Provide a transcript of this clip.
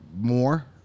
more